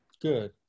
good